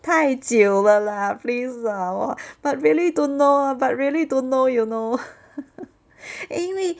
太久了 lah please lah !wah! but really don't know but really don't know you know 因为